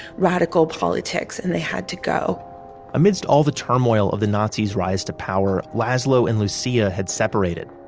radical politics and they had to go amidst all the turmoil of the nazis rise to power, laszlo and lucia had separated.